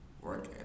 Work